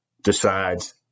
decides